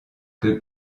que